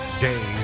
days